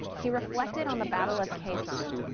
he reflected on the battle of khe sanh,